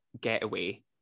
getaway